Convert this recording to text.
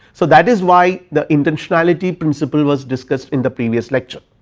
so, that is why the intentionality principle was discussed in the previous lecture.